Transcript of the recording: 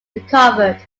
recovered